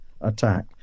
attack